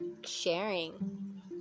sharing